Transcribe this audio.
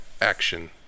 action